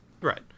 Right